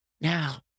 now